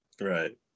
Right